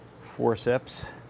forceps